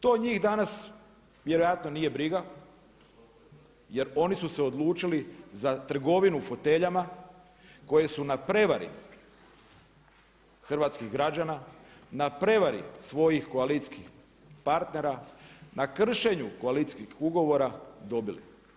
To njih danas vjerojatno nije briga jer oni su se odlučili za trgovinu foteljama koji su na prevari hrvatskih građana na prevari svojih koalicijskih partnera, na kršenju koalicijskih ugovora dobili.